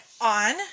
on